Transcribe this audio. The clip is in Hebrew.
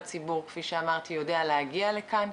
לא כל הציבור יודע להגיע לכאן,